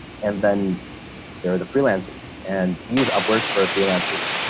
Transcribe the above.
and then there are the freelancers and use upwork for freelancers.